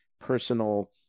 personal